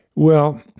well,